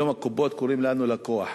היום בקופות קוראים לנו "לקוח".